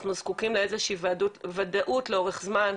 אנחנו זקוקים לוודאות לאורך זמן,